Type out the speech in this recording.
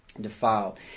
defiled